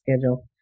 schedule